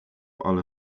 ale